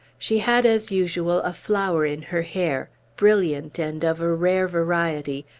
she had, as usual, a flower in her hair, brilliant and of a rare variety,